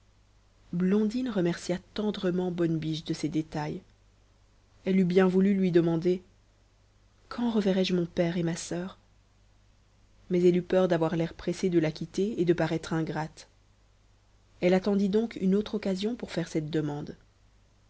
blondine remercia tendrement bonne biche de ces détails elle eût bien voulu lui demander quand reverrai-je mon père et ma soeur mais elle eut peur d'avoir l'air pressée de la quitter et de paraître ingrate elle attendit donc une autre occasion pour faire cette demande